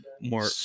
More